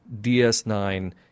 DS9